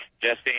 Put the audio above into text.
Jesse